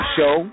Show